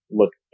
look